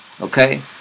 Okay